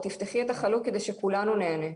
תפתחי את החלוק כדי שכולנו נהנה.